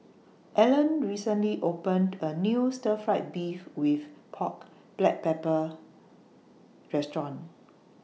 Allan recently opened A New Stir Fried Beef with Pork Black Pepper Restaurant